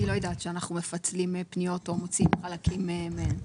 אני לא יודעת שאנחנו מפצלים פניות או מוציאים חלקים מהם,